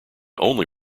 only